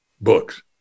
books